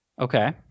Okay